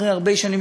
אחרי הרבה שנים,